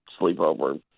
sleepover